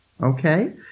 Okay